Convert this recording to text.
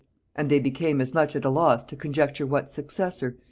and they became as much at a loss to conjecture what successor,